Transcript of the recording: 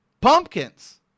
pumpkins